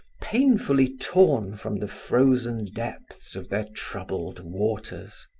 painfully torn from the frozen depths of their troubled waters.